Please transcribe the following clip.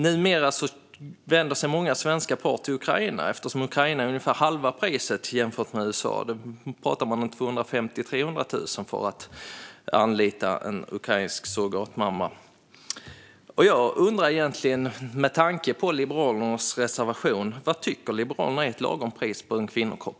Numera vänder sig många svenska par till Ukraina eftersom det i Ukraina är ungefär halva priset jämfört med i USA. Man talar om 250 000-300 000 kronor för att anlita en ukrainsk surrogatmamma. Med tanke på Liberalernas reservation undrar jag egentligen: Vad tycker Liberalerna är ett lagom pris på en kvinnokropp?